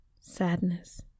sadness